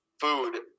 food